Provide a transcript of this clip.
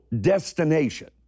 destination